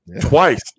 twice